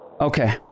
Okay